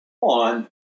on